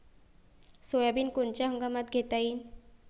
Soybean कोनच्या हंगामात घेता येईन?